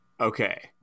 okay